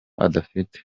adafite